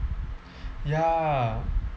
ya